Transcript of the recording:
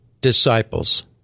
disciples